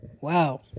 Wow